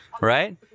Right